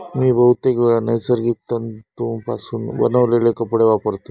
मी बहुतेकवेळा नैसर्गिक तंतुपासून बनवलेले कपडे वापरतय